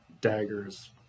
daggers